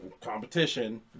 competition